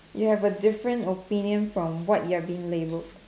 you have a different opinion from what you're being labelled